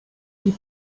die